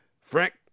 Frank